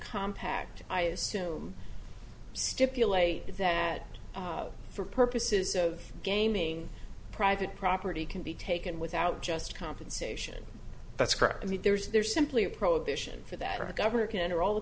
compact i assume stipulate that for purposes of gaming private property can be taken without just compensation that's correct i mean there's there's simply a prohibition for that or a governor can enter all the